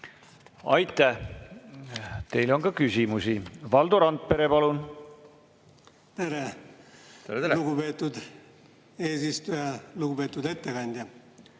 Aitäh! Teile on ka küsimusi. Valdo Randpere, palun! Tere! Lugupeetud eesistuja! Lugupeetud ettekandja!